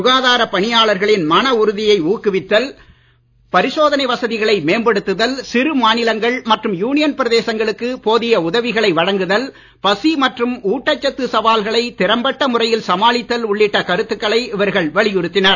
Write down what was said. சுகாதாரப் பணியாளர்களின் மன உறுதியை ஊக்குவித்தல் பரிசோதனை வசதிகளை மேம்படுத்தல் சிறு மாநிலங்கள் மற்றும் யுனியன் பிரதேசங்களுக்கு போதிய உதவிகளை வழங்குதல் பசி மற்றும் ஊட்டச்சத்து சவால்களை திறம்பட்ட முறையில் சமாளித்தல் உள்ளிட்ட கருத்துகளை இவர்கள் வலியுறுத்தினர்